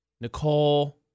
Nicole